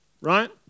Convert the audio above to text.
right